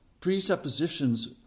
presuppositions